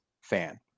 fan